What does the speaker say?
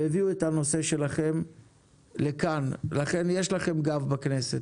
והביאו את הנושא שלכם לכאן, לכן יש לכם גב בכנסת.